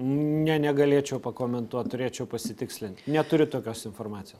ne negalėčiau pakomentuot turėčiau pasitikslint neturiu tokios informacijos